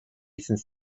since